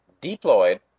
deployed